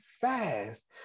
fast